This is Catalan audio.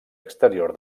exterior